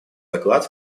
доклад